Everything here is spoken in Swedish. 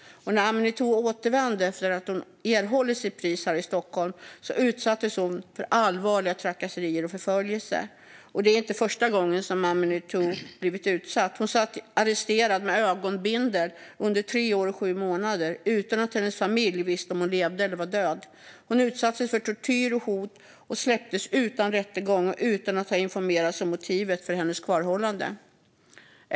När Aminatou återvände efter att ha erhållit sitt pris här i Stockholm utsattes hon för allvarliga trakasserier och förföljelse, och det är inte första gången som Aminatou blivit utsatt. Hon satt arresterad med ögonbindel under tre år och sju månader utan att hennes familj visste om hon levde eller var död. Hon utsattes för tortyr och hot och släpptes utan rättegång och utan att ha informerats om motivet för hennes kvarhållande.